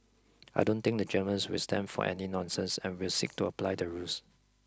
I don't think the Germans will stand for any nonsense and will seek to apply the rules